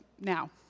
now